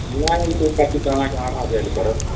नहि ओहि सब खातिर तऽ अहाँके आरा जाए ले पड़त